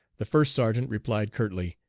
the first sergeant replied curtly,